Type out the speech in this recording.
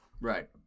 Right